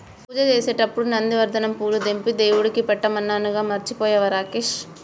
పూజ చేసేటప్పుడు నందివర్ధనం పూలు తెంపి దేవుడికి పెట్టమన్నానుగా మర్చిపోయినవా రాకేష్